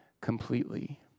completely